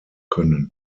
können